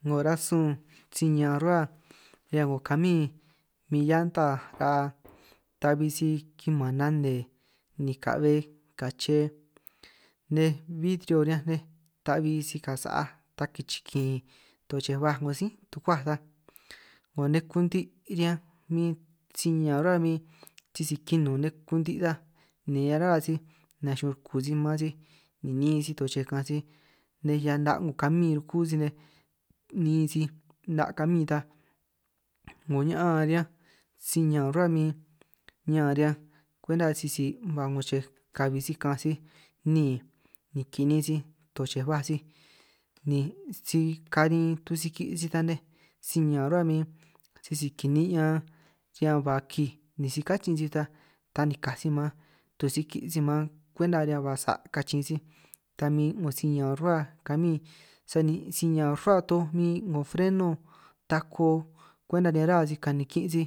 'Ngo rasun si ñaan ruhua riñan 'ngo kamin min llanta tabi si kiman nane ni ka'be kache, nej bidrio riñanj nej ta'bi si ka sa'aj ta kichikin tuchej ba 'ngo sí tukuaj ta 'ngo nne kunti' riñanj, min si ñaan ruhua min sisi kinun nne kunti' ta ni a ruhua sij nachun' ruku sij maan sij, ni niin sij tuchej kaanj sij nej hiaj 'na' 'ngo kamin ruku sij nej, niin sij 'na' kamin ta 'ngo ña'an riñanj si ñaan nin' rruhua min ñaan riñanj kwenta sisi ba 'ngo chej kabi si kaanj sij níin, ni kini'in sij toj chej baj sij ni si kabin tusiki' sij ta nej si ñaan nin' rruhua min sisi kini'ñan riñan ba kij, ni si kachin sij ta tanikaj sij man tusiki' sij man kwenta riñan ba sa' kachin sij, ta min 'ngo si ñaan rruhua kamin sani si ñaan rruhua toj min 'ngo freno tako, kwenta riñan ruhua sij kanikin' si